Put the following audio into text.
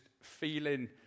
feeling